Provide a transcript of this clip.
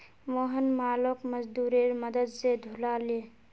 मोहन मालोक मजदूरेर मदद स ढूला ले